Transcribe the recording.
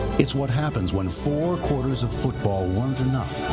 it's what happens when four quarters of football weren't enough.